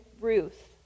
Ruth